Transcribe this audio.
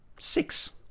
six